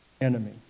enemy